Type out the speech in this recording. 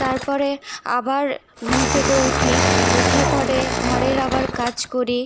তারপরে আবার ঘুম থেকে উঠি উঠে পরে ঘরের আবার কাজ করি